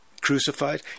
crucified